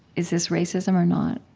is this racism or not?